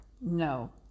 no